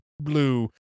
blue